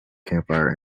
campfire